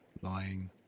lying